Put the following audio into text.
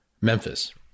Memphis